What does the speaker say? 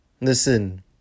Listen